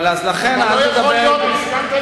אני לא רוצה לקחת לזכותי כלום.